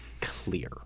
clear